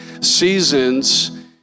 seasons